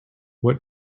what